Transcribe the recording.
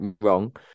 wrong